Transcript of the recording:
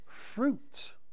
fruit